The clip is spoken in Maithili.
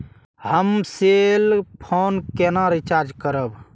हम सेल फोन केना रिचार्ज करब?